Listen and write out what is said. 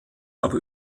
aber